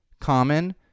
common